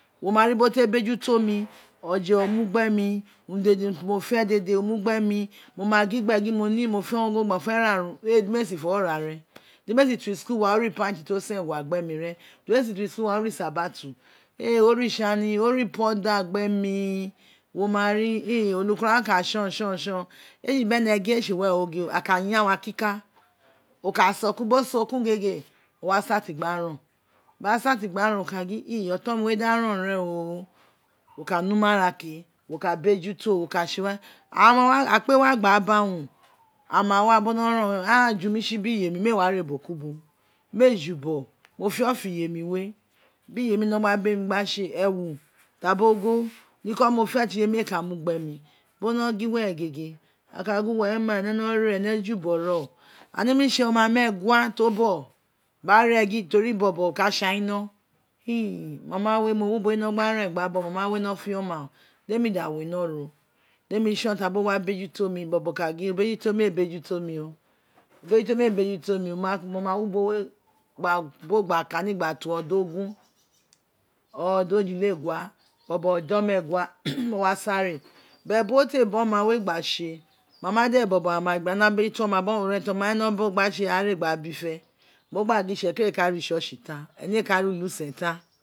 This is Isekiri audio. Wo ma ri biri ote bejuto mi oje o mo gbemi uru dede di mo fe dede o mu gbe mi, ino ma gin gbe gin mo fe mo fe ra urun di me si fo geye o ra ren di ne si too school wa o ra ren di ne si too school wa o ra ipanti to sengua gbe mi ren di ne si to school o ra ispatu e o ra itsan o ra ipoda gbe mi wo ma ri elikun ghan ka tson bon tson ei tse bene gi ee tse sere o gin o wa start gba ron bin o start gba ron oka gin e oton mi we da ron o kan gin e oton mi we da ron ren o, o pan numara ke, o ka bejuto o pa tse wawe, aghan ma wa, aghan kpe wa gba ra ba wun o, aghan ma wa bo no rom we ain frmotsi gbi iyemi mee wa re uboki ubo mee jubogho mo fiofo iye mi we bi iye mi wino gba bemi gba tse ewo tabi o gho niko mo fe ti iye ee ka uugbo mi biri o wino gin were gege aka gin uwo re ma ene wino, jubogho ren aghan neni tse oma meegua to bogho ba ne yin teri bobo ka tse anini mama we wo wi ubowe gba ren gba bogho mama ire wino gba fe owa o demi da wk ino ro, demi tson tab o wa bejuto mi bobo ka gin obejuto mi o e bejuto mo o obejuto mi ee bejuto mi o mo ma wi ubo ne gba bo gba kani gba to odon ogu or odon ejilegua obo odon meegua mo wa sa re, but biri wo te ba oma we gba tse, mama we de bobo aghan wino bejuto oma biri aghan aghan wino bejuto oma biri aghan urun ti oma ne wino bo gba tse aghan re gba ra biye mo gba go itsekiri ee ka re ichurch tan ene ee ka re uli usen tan